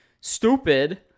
stupid